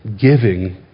giving